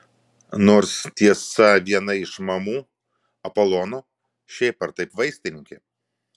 nors tiesa viena iš mamų apolono šiaip ar taip vaistininkė